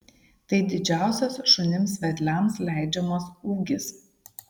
tai didžiausias šunims vedliams leidžiamas ūgis